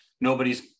Nobody's